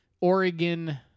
Oregon